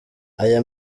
aya